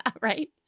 Right